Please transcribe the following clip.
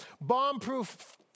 bomb-proof